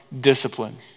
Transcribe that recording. discipline